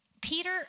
Peter